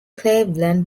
cleveland